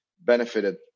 benefited